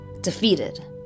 defeated